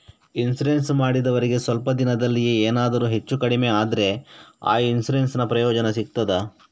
Insurance ಮಾಡಿದವರಿಗೆ ಸ್ವಲ್ಪ ದಿನದಲ್ಲಿಯೇ ಎನಾದರೂ ಹೆಚ್ಚು ಕಡಿಮೆ ಆದ್ರೆ ಆ ಇನ್ಸೂರೆನ್ಸ್ ನ ಪ್ರಯೋಜನ ಸಿಗ್ತದ?